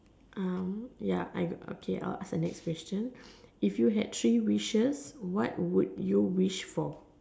um ya I okay I will ask the next question if you have three wishes what would you wish for